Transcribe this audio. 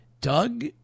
Doug